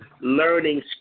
learning